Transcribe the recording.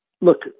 look